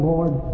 Lord